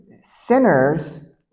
sinners